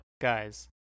guys